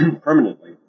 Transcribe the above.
permanently